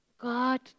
God